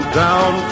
down